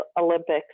Olympics